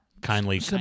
Kindly